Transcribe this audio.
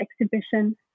exhibition